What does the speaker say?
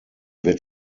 wird